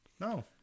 No